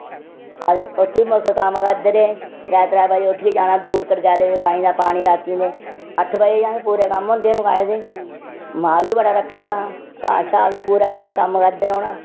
ते उत्त बी मुल्ख कम्म करदे रेह् त्रै त्रेै बजे उट्यैठियै जाना कड़कयालै दी बाईं दा पानी रातीं दे अट्ठ बजे असें पूरे कम्म होंदे हे मकाए दे माल बी बड़ा रक्खे दा हा घाऽ बी पूरे दिन कम्म करदे रौह्ना